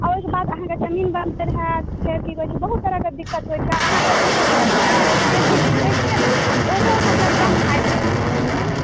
ओहिके बाद अहाँके जमीन बन्जर होयत फेर की कहै छै बहुत तरहके दिक्कत होइ छै अहाँके जे जे चीज उगबै छियै ने ओहो मतलब कम फाइदेमन्द होइए